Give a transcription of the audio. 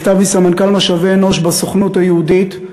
מכתב מסמנכ"ל משאבי אנוש בסוכנות היהודית,